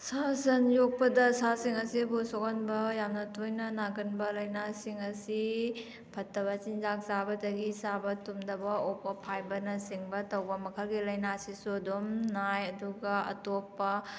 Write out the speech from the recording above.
ꯁꯥ ꯁꯟ ꯌꯣꯛꯄꯗ ꯁꯥꯁꯤꯡ ꯑꯁꯤꯕꯨ ꯁꯣꯛꯍꯟꯕ ꯌꯥꯝꯅ ꯇꯣꯏꯅ ꯅꯥꯒꯟꯕ ꯂꯥꯏꯅꯥꯁꯤꯡ ꯑꯁꯤ ꯐꯠꯇꯕ ꯆꯤꯟꯖꯥꯛ ꯆꯥꯕꯗꯒꯤ ꯆꯥꯕ ꯇꯨꯝꯗꯕ ꯑꯣꯕ ꯐꯥꯏꯕꯅ ꯆꯤꯡꯕ ꯇꯧꯕ ꯃꯈꯜꯒꯤ ꯂꯥꯏꯅꯥ ꯁꯤꯁꯨ ꯑꯗꯨꯝ ꯅꯥꯏ ꯑꯗꯨꯒ ꯑꯇꯣꯞꯄ